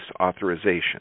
authorization